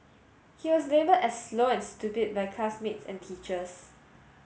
he was labelled as slow and stupid by classmates and teachers